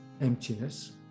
emptiness